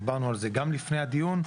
דיברנו על זה גם לפני הדיון.